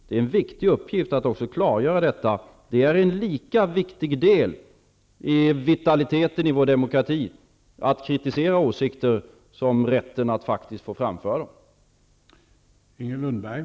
Det är en viktig uppgift att också klargöra detta. Det är en lika viktig del i vitaliteten i vår demokrati att kritisera åsikter som rätten att faktiskt få framföra dem.